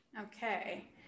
Okay